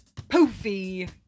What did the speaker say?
Poofy